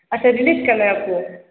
अच्छा रिलीज़ करना है आपको